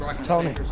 Tony